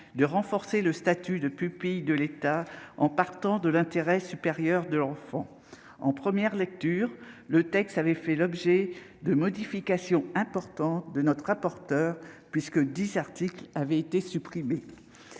également le statut de pupille de l'État, en partant de l'intérêt supérieur de l'enfant. En première lecture, le texte a fait l'objet de modifications importantes de la part de notre rapporteur, dix articles ayant été supprimés.